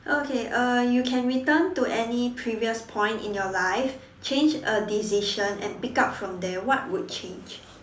okay uh you can return to any previous point in your life change a decision and pick up from there what would change